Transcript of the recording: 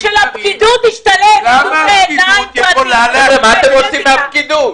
כשלפקידות ישתלם ניתוחי עיניים פרטיים --- מה אתם רוצים מהפקידות?